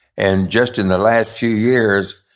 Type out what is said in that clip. and just in the last few years,